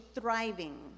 Thriving